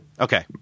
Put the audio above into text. Okay